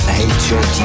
hatred